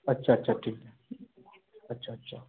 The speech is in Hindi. अच्छा अच्छा ठीक है अच्छा अच्छा